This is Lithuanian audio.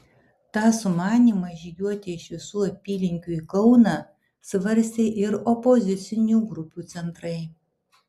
tą sumanymą žygiuoti iš visų apylinkių į kauną svarstė ir opozicinių grupių centrai